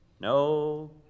no